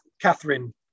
Catherine